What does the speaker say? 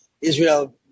Israel